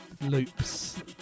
loops